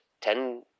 Ten